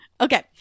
Okay